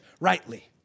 rightly